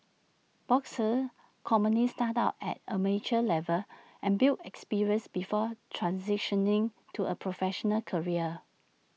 boxers commonly start out at amateur level and build experience before transitioning to A professional career